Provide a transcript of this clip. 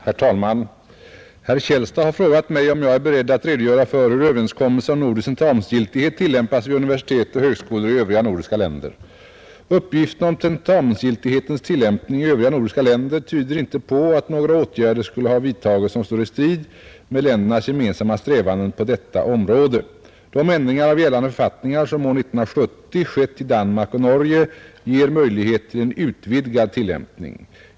Herr talman! Herr Källstad har frågat mig om jag är beredd att redogöra för hur överenskommelsen om nordisk tentamensgiltighet tillämpas vid universitet och högskolor i övriga nordiska länder. Uppgifterna om tentamensgiltighetens tillämpning i övriga nordiska länder tyder inte på att några åtgärder skulle ha vidtagits som står i strid 31 med ländernas gemensamma strävanden på detta område. De ändringar av gällande författningar som år 1970 skett i Danmark och Norge ger möjligheter till en utvidgad tillämpning.